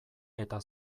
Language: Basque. eta